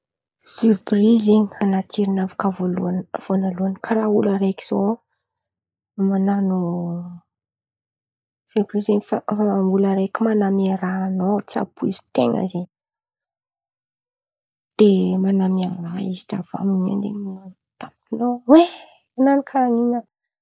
Siorprizy zen̈y an̈aty jerinakà vônaloan̈y karàha olo araiky ziô man̈ano siorprizy zen̈y fa amy olo araiky man̈amia raha amin̈ao tsy ampoizin-ten̈a zen̈y, de man̈amia raha izy de avy amy in̈y zen̈y no tafakora amin'in̈y oe! Man̈ano karàha in̈y an̈ao.